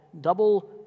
double